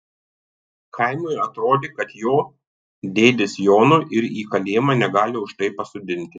chaimui atrodė kad jo dėdės jono ir į kalėjimą negali už tai pasodinti